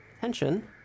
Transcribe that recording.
tension